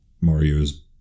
Mario's